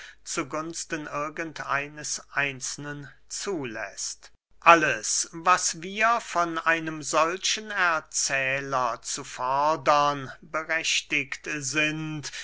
gunsten irgend eines einzelnen zuläßt alles was wir von einem solchen erzähler zu fordern berechtigt sind